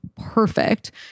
perfect